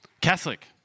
Catholic